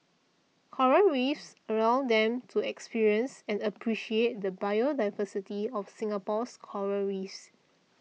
coral Reefs allows them to experience and appreciate the biodiversity of Singapore's Coral Reefs